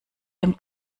dem